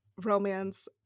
romance